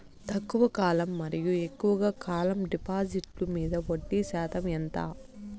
తక్కువ కాలం మరియు ఎక్కువగా కాలం డిపాజిట్లు మీద వడ్డీ శాతం ఎంత?